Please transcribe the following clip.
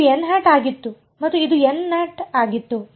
ಇದು ಆಗಿತ್ತು ಮತ್ತು ಇದು ಆಗಿತ್ತು